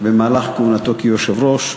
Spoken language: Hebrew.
במהלך כהונתו כיושב-ראש,